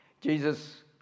Jesus